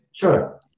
sure